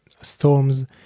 storms